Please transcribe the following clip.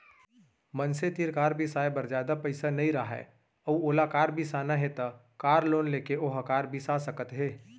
मनसे तीर कार बिसाए बर जादा पइसा नइ राहय अउ ओला कार बिसाना हे त कार लोन लेके ओहा कार बिसा सकत हे